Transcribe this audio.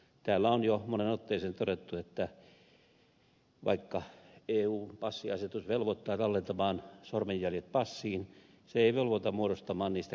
täällä on jo moneen otteeseen todettu että vaikka eun passiasetus velvoittaa tallentamaan sormenjäljet passiin se ei velvoita muodostamaan niistä kansallista rekisteriä